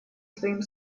своим